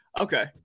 okay